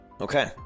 Okay